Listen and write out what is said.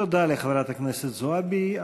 תודה לחברת הכנסת זועבי.